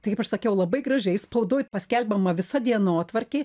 tai kaip aš sakiau labai gražiai spaudoj paskelbiama visa dienotvarkė